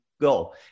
go